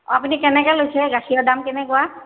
অঁ আপুনি কেনেকৈ লৈছে গাখীৰ দাম কেনেকুৱা